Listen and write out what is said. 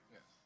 Yes